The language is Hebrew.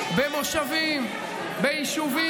ארבעה חודשים, בקיבוצים, במושבים, ביישובים,